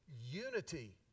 unity